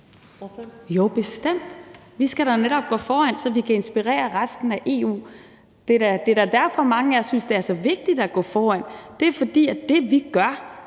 Jo, bestemt. Vi skal da netop gå foran, så vi kan inspirere resten af EU. Det er da derfor, mange af os synes, det er så vigtigt at gå foran. Det er, fordi det, vi gør,